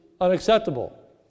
unacceptable